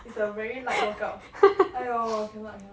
it's a very light workout !aiyo! cannot cannot